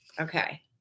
Okay